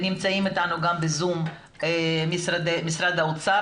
נמצאים אתנו ב-זום גם משרד האוצר,